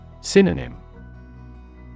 Synonym